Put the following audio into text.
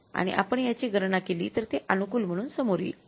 आणि आपण याची गणना केली तर ते अनुकूल म्हणून समोर येईल